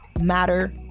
matter